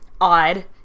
odd